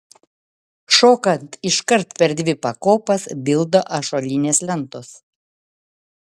šokant iškart per dvi pakopas bilda ąžuolinės lentos